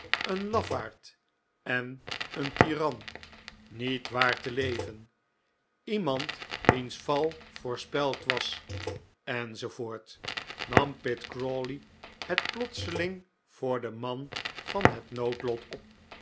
een lafaard en een tiran niet waard te leven iemand wiens val voorspeld was enz nam pitt crawley het plotseling voor den man van het noodlot op